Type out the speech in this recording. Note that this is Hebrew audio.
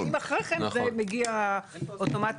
ואם אחרי זה, זה מגיע אוטומטית.